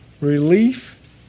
Relief